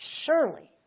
surely